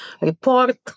report